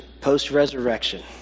post-resurrection